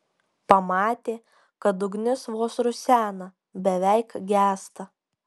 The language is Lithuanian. pamatė kad ugnis vos rusena beveik gęsta